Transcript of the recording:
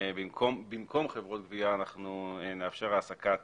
במקום חברות גבייה אנחנו נאפשר העסקת